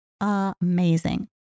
amazing